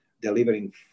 delivering